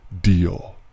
deal